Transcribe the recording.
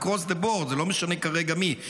זה לא משנה כרגע מי,